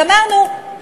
גמרנו,